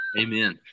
Amen